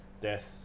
death